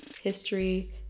history